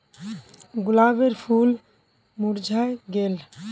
गुलाबेर फूल मुर्झाए गेल